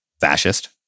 fascist